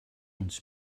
uns